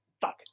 Fuck